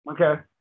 Okay